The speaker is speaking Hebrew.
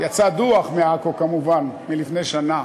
יצא דוח מעכו, כמובן מלפני שנה.